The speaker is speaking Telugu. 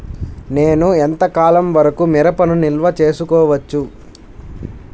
నేను ఎంత కాలం వరకు మిరపను నిల్వ చేసుకోవచ్చు?